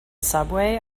subway